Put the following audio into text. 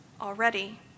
already